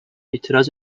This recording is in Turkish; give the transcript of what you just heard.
itiraz